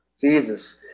Jesus